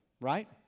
right